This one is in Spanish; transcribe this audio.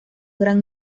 gran